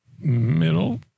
Middle